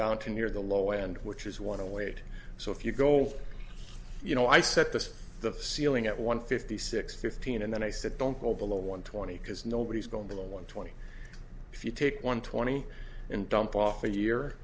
down to near the low end which is want to wait so if you go you know i set this the ceiling at one fifty six fifteen and then i said don't go below one twenty because nobody's going the one twenty if you take one twenty and dump off a year